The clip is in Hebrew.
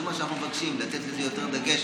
זה מה שאנחנו מבקשים לתת לזה יותר דגש